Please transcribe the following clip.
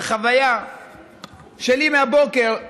בחוויה שלי מהבוקר.